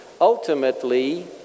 ultimately